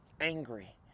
angry